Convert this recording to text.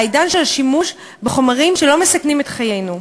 לעידן של שימוש בחומרים שלא מסכנים את חיינו.